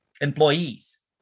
employees